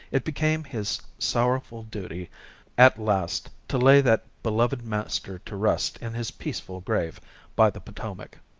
it became his sorrowful duty at last to lay that beloved master to rest in his peaceful grave by the potomac.